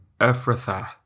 Ephrathah